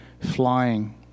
flying